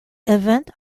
event